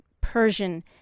Persian